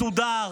מסודר,